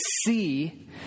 see